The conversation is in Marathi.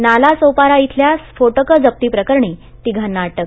नालासोपारा इथल्या स्फोटकं जप्ती प्रकरणी तिघांना अटक